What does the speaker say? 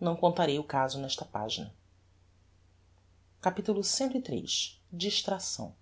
não contarei o caso nesta pagina capitulo ciii distracção